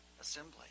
assembly